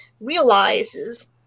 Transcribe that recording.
realizes